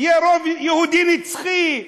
יהיה רוב יהודי נצחי.